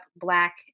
Black